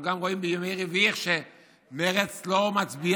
אנחנו גם רואים בימי רביעי איך שמרצ לא מצביעה